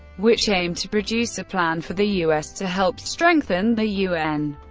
which aimed to produce a plan for the u s. to help strengthen the un.